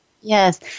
Yes